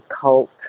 cult